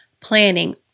planning